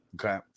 okay